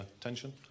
tension